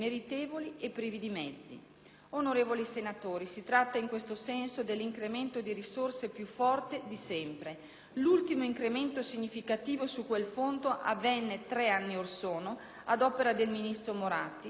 Onorevoli senatori, si tratta in questo senso dell'incremento di risorse più forte di sempre. L'ultimo incremento significativo su quel fondo avvenne 3 anni orsono ad opera del ministro Moratti, ed era stato di 30 milioni.